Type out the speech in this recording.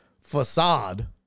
facade